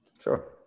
sure